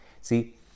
See